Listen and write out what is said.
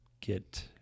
get